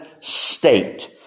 state